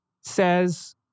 says